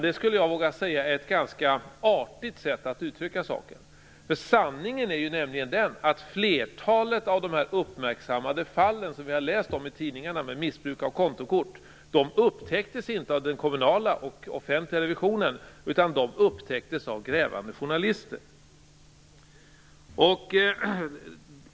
Det, vågar jag säga, är ett ganska artigt sätt att uttrycka saken. Sanningen är ju nämligen den att flertalet av de uppmärksammade fall av missbruk av kontokort som vi har läst om i tidningarna upptäcktes, inte av den kommunala offentliga revisionen, utan av grävande journalister.